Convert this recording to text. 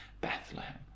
Bethlehem